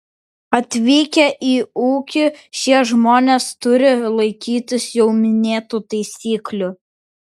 atvykę į ūkį šie žmonės turi laikytis jau minėtų taisyklių